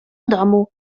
domu